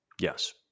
Yes